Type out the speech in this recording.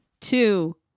two